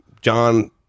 John